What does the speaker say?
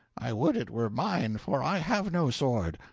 i would it were mine, for i have no sword.